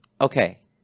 Okay